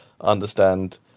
understand